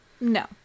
No